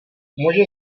muže